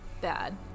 Bad